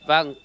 Vâng